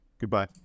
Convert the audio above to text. Goodbye